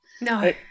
no